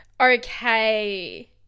Okay